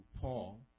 Paul